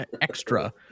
extra